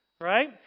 right